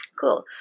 cool